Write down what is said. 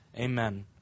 Amen